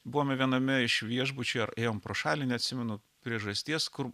buvome viename iš viešbučių ar ėjom pro šalį neatsimenu priežasties kur